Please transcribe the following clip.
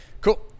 cool